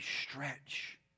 stretch